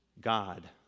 God